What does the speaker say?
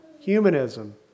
humanism